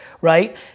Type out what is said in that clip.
right